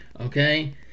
Okay